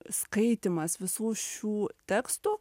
skaitymas visų šių tekstų